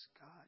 God